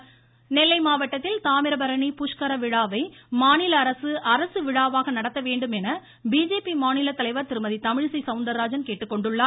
தமிழிசை நெல்லை மாவட்டத்தில் தாமிரபரணி புஷ்கர விழாவை மாநில அரசு அரசு விழாவாக நடத்த வேண்டும் என பிஜேபி மாநிலத்தலைவர் திருமதி தமிழிசை சௌந்தர்ராஜன் கேட்டுக்கொண்டுள்ளார்